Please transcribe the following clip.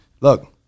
look